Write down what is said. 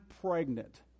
pregnant